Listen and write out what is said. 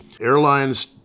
Airlines